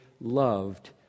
loved